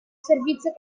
servizio